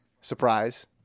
surprise